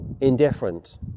indifferent